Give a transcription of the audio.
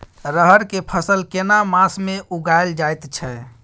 रहर के फसल केना मास में उगायल जायत छै?